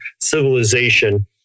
civilization